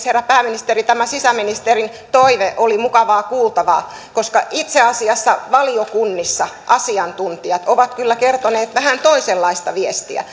herra pääministeri tämä sisäministerin toive oli mukavaa kuultavaa koska itse asiassa valiokunnissa asiantuntijat ovat kyllä kertoneet vähän toisenlaista viestiä